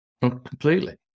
Completely